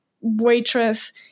waitress